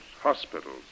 hospitals